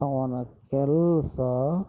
ಅವನ ಕೆಲಸ